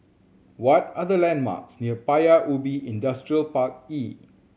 what are the landmarks near Paya Ubi Industrial Park E